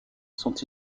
sont